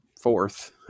fourth